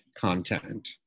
content